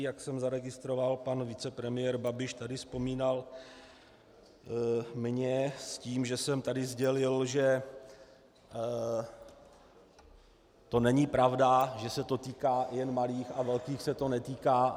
Jak jsem zaregistroval, pan vicepremiér Babiš tady vzpomínal mě s tím, že jsem tady sdělil, že to není pravda, že se to týká jen malých a velkých se to netýká.